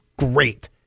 great